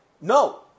No